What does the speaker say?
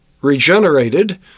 regenerated